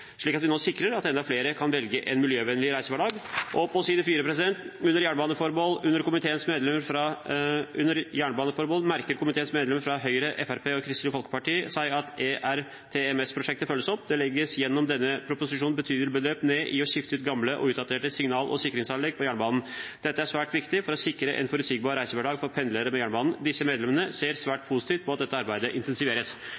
vi nå sikrer at enda flere kan velge en miljøvennlig reisehverdag.» Og på side 4: «Under Jernbaneformål merker komiteens medlemmer fra Høyre, Fremskrittspartiet og Kristelig Folkeparti seg at ERTMS-prosjektet følges opp. Det legges gjennom denne proposisjonen betydelige beløp ned i å skifte ut gamle og utdaterte signal- og sikringsanlegg på jernbanen. Dette er svært viktig for å sikre en forutsigbar reisehverdag for pendlende med jernbane. Disse medlemmer ser